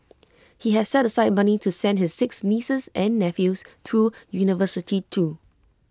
he has set aside money to send his six nieces and nephews through university too